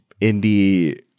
indie